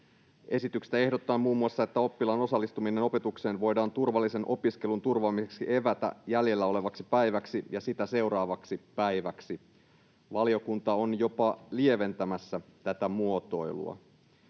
Esityksessä ehdotetaan muun muassa, että oppilaan osallistuminen opetukseen voidaan turvallisen opiskelun turvaamiseksi evätä jäljellä olevaksi päiväksi ja sitä seuraavaksi päiväksi. Valiokunta on jopa lieventämässä tätä muotoilua.